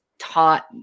taught